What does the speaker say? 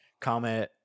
comment